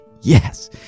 Yes